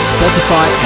Spotify